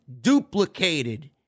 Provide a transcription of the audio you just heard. duplicated